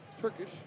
Turkish